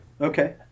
Okay